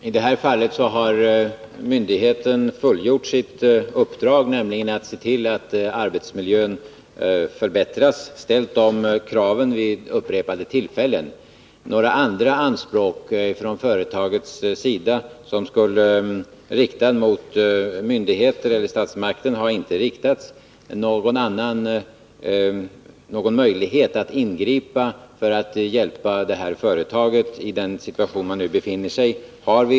Herr talman! I detta fall har myndigheten fullgjort sitt uppdrag, nämligen att vid upprepade tillfällen kräva att arbetsmiljön skulle förbättras. Några anspråk från företagets sida, riktade mot myndigheter eller staten, har inte gjorts. Vi har därför inte någon möjlighet att ingripa för att hjälpa detta företag i den situation det nu befinner sig i.